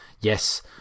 yes